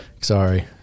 Sorry